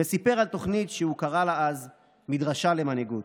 וסיפר על תוכנית שהוא קרא לה אז "מדרשה למנהיגות".